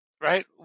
right